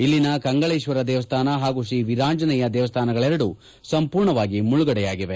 ಇಲ್ಲಿನ ಕಂಗಳೇಶ್ವರ ದೇವಸ್ಥಾನ ಹಾಗೂ ಶ್ರೀವೀರಾಂಜನೇಯ ದೇವಸ್ಥಾನಗಳೆರಡೂ ಸಂಪೂರ್ಣ ಮುಳುಗಡೆಯಾಗಿವೆ